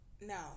No